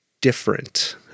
different